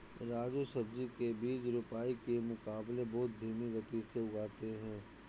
राजू सब्जी के बीज रोपाई के मुकाबले बहुत धीमी गति से उगते हैं